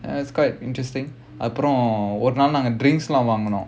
and it's quite interesting அப்புறம் ஒரு நான் நாங்க:appuram oru naan naanga drinks வாங்குனோம்:vaangunom